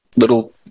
little